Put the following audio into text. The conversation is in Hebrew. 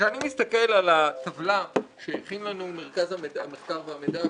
כשאני מסתכל על הטבלה שהכין לנו מרכז המחקר והמידע,